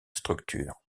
structure